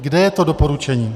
Kde je to doporučení?